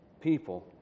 people